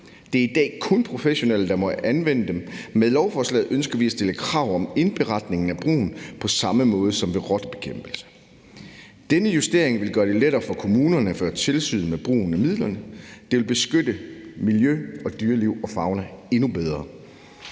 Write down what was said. Det er i dag kun professionelle, der må anvende dem. Med lovforslaget ønsker vi at stille krav om indberetningen af brugen på samme måde som ved rottebekæmpelse. Denne justering vil gøre det lettere for kommunerne at føre tilsyn med brugen af midlerne, og det vil beskytte miljøet, faunaen og floraen endnu bedre.